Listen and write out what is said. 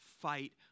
Fight